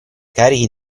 carichi